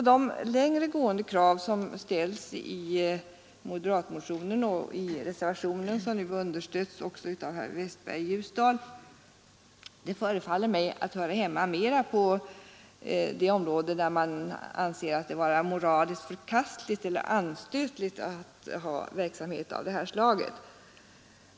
De längre gående krav som ställs i moderatmotionen och i reservationen och som nu också underströks av herr Westberg i Ljusdal förefaller mig mera vara uttryck för avståndstagande från vad man på området finner vara moraliskt förkastligt eller anstötligt.